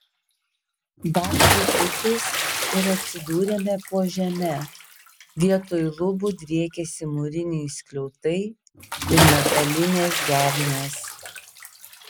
dar truputis ir atsidūrėme po žeme vietoj lubų driekėsi mūriniai skliautai ir metalinės gegnės